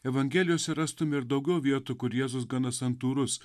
evangelijose rastume ir daugiau vietų kur jėzus gana santūrus